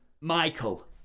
Michael